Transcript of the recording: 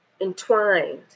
Entwined